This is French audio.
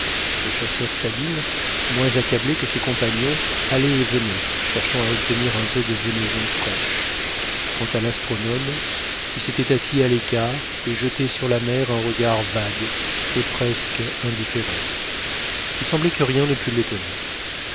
le chasseur sabine moins accablé que ses compagnons allait et venait cherchant à obtenir un peu de venaison fraîche quant à l'astronome il s'était assis à l'écart et jetait sur la mer un regard vague et presque indifférent il semblait que rien ne pût l'étonner